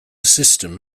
system